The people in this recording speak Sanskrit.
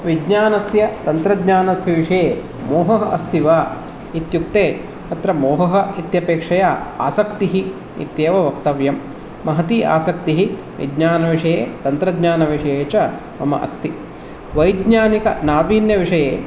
विज्ञानस्य तन्त्रज्ञानस्य विषये मोहः अस्ति वा इत्युक्ते तत्र मोहः इत्यपेक्षया आसक्तिः इत्येव वक्तव्यम् महती आसक्तिः विज्ञानविषये तन्त्रज्ञानविषये च मम अस्ति वैज्ञानिक नाविन्यविषये